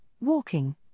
walking